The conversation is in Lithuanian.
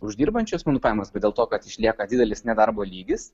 uždirbančių asmenų pajamos bet dėl to kad išlieka didelis nedarbo lygis